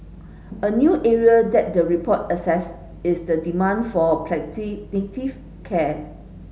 a new area that the report assess is the demand for palliative care